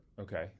Okay